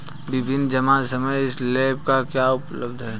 विभिन्न जमा समय स्लैब क्या उपलब्ध हैं?